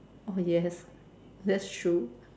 oh yes that's true